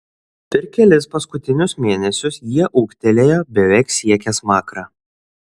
per kelis paskutinius mėnesius jie ūgtelėjo beveik siekė smakrą